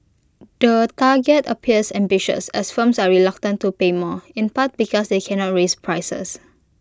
the target appears ambitious as firms are reluctant to pay more in part because they cannot raise prices